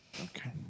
Okay